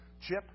Chip